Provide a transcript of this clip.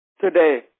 today